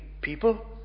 people